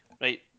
Right